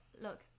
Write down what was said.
Look